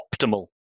optimal